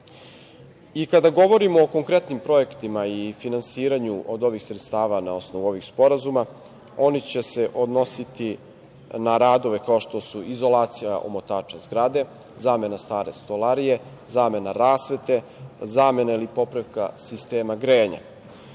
govorimo o konkretnim projektima i finansiranju od ovih sredstava na osnovu ovih sporazuma, oni će se odnositi na radove kao što su izolacija omotača zgrade, zamena stare stolarije, zamena rasvete, zamena ili popravka sistema grejanja. Potrebno